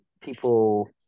people